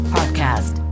Podcast